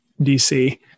DC